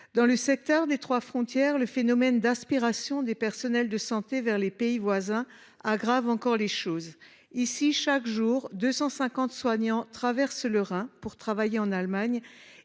Dans le secteur des trois frontières, le phénomène d’aspiration des personnels de santé vers les pays voisins aggrave encore les choses : chaque jour, 250 soignants traversent le Rhin pour travailler en Allemagne